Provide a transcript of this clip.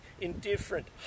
indifferent